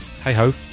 hey-ho